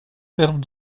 servent